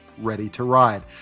ReadyToride